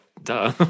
Duh